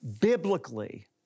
biblically